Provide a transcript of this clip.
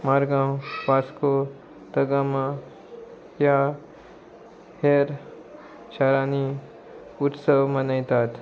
मारगांव वास्को द गामा ह्या हेर शारांनी उत्सव मनयतात